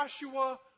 Joshua